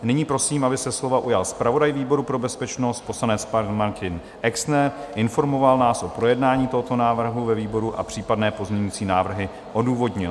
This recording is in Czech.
Nyní prosím, aby se slova ujal zpravodaj výboru pro bezpečnost, poslanec Martin Exner, informoval nás o projednání tohoto návrhu ve výboru a případné pozměňující návrhy odůvodnil.